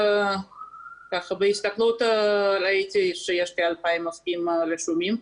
בהסתכלות ראיתי שיש כ-2,000 עוסקים רשומים,